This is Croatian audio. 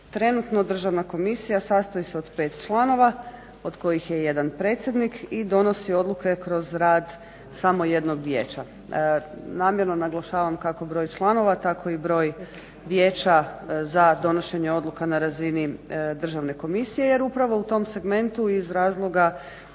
Trenutno Državna komisija sastoji se od pet članova od kojih je jedan predsjednik i donosi odluke kroz rad samo jednog vijeća. Namjerno naglašavam kako broj članova tako i broj vijeća za donošenje odluka na razini državne komisije jer upravo u tom segmentu iz razloga